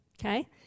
okay